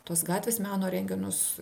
tuos gatvės meno renginius